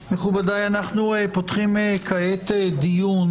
מכובדיי, אנחנו פותחים כעת דיון